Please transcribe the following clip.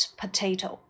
potato